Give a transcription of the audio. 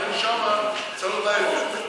לכן שם צריך לנהל את זה.